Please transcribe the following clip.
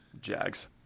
Jags